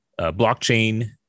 blockchain